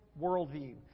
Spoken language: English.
worldview